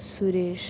Suresh